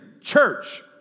church